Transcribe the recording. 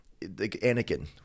Anakin